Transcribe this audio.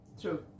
true